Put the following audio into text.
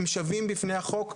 הם שווים בפני החוק.